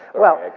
well,